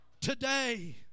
today